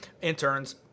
interns